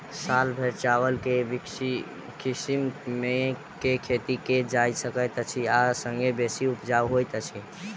साल भैर चावल केँ के किसिम केँ खेती कैल जाय सकैत अछि आ संगे बेसी उपजाउ होइत अछि?